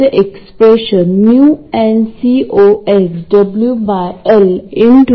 आता प्रथम load resistor connect करण्याचा प्रयत्न करू